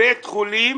בית החולים